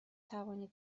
توانید